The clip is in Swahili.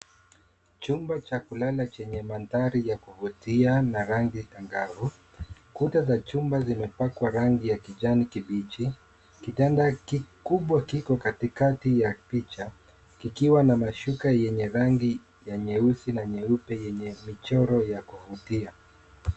Chumba cha kulala chenye mandhari ya kuvutia na rangi changavu. Kuta za chumba zimepakwa rangi ya kijani kibichi. Kitanda kikubwa kiko katikati ya picha, kikiwa na mashuka yenye rangi ya nyeusi na nyeupe, yenye michoro ya kuvutia.